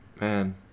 Man